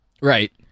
Right